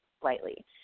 slightly